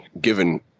given